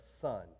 son